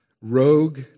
Rogue